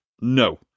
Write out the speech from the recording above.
no